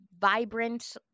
vibrant